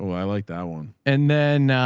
i like that one. and then